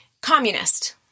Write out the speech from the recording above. communist